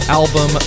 album